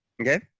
Okay